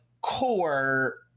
core